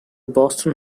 boston